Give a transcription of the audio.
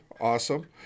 awesome